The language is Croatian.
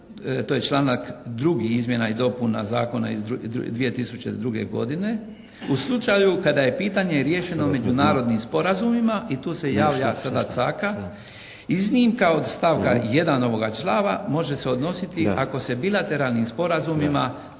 to je članak 2. izmjena i dopuna Zakona iz 2002. godine u slučaju kada je pitanje riješeno međunarodnim sporazumima i tu se javlja sada caka, iznimka od stavka 1. ovoga članka može se odnositi ako se bilateralnim sporazumima